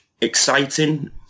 exciting